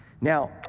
Now